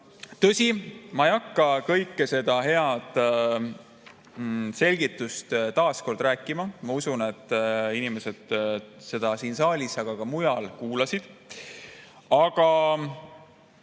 Tõsi, ma ei hakka kogu seda head selgitust taas kord rääkima. Ma usun, et inimesed seda siin saalis ja ka mujal kuulasid. Aga